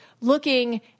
looking